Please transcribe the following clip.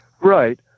Right